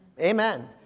Amen